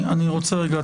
אני רוצה רגע.